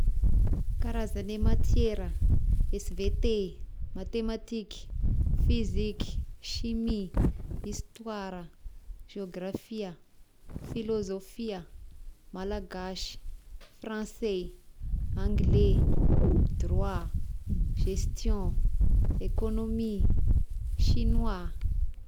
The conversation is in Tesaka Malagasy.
Karazagne matiera: SVT, matematiky, fiziky, chimie, histoirà, geôgrafia, filôzôfia, malagasy, franse, angle, droit, gestion, ekônomy, sinoà.